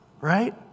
right